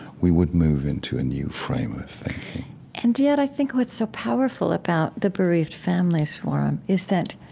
we would move into a new frame of thinking and yet i think what's so powerful about the bereaved families forum is that